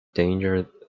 danger